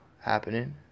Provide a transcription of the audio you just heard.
happening